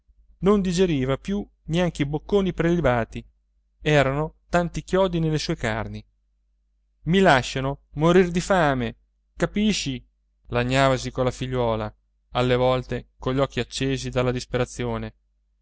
non digeriva più neanche i bocconi prelibati erano tanti chiodi nelle sue carni i lasciano morir di fame capisci lagnavasi colla figliuola alle volte cogli occhi accesi dalla disperazione